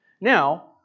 Now